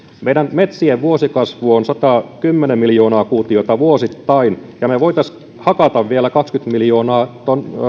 meidän metsien vuosikasvu on satakymmentä miljoonaa kuutiota vuosittain ja me voisimme hakata vielä kaksikymmentä miljoonaa